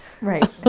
Right